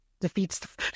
defeats